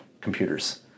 computers